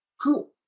Cool